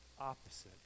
opposite